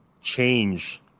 change